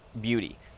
beauty